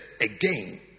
again